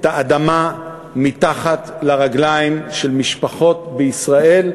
האדמה מתחת לרגליים של משפחות בישראל,